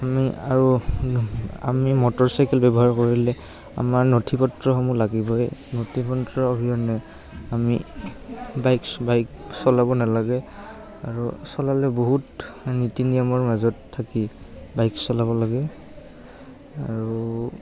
আমি আৰু আমি মটৰচাইকেল ব্যৱহাৰ কৰিলে আমাৰ নথিপত্ৰসমূহ লাগিবই নথিপত্ৰ অবিহনে আমি বাইক বাইক চলাব নালাগে আৰু চলালে বহুত নীতি নিয়মৰ মাজত থাকি বাইক চলাব লাগে আৰু